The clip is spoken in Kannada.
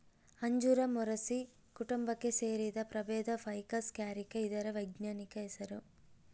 ಅಂಜೂರ ಮೊರಸಿ ಕುಟುಂಬಕ್ಕೆ ಸೇರಿದ ಪ್ರಭೇದ ಫೈಕಸ್ ಕ್ಯಾರಿಕ ಇದರ ವೈಜ್ಞಾನಿಕ ಹೆಸರು